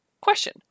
Question